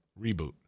reboot